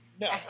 No